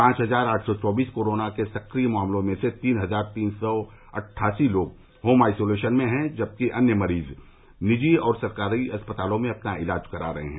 पांच हज़ार आठ सौ चौबीस कोरोना के सक्रिय मामलों में से तीन हज़ार तीन सौ अटठासी लोग होम आइसोलेशन में हैं जबकि अन्य मरीज़ निजी और सरकारी अस्पतालों में अपना इलाज करा रहे हैं